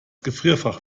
gefrierfach